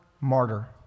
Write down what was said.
martyr